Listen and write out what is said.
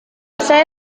saya